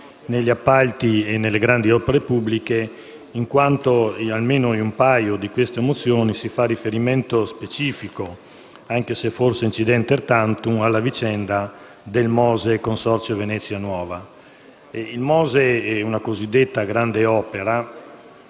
negli appalti e nelle grandi opere pubbliche, in quanto in almeno un paio di queste mozioni si fa riferimento specifico, anche se forse *incidenter tantum*, alla vicenda del MOSE e al Consorzio Venezia nuova. Il MOSE è una cosiddetta grande opera